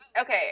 okay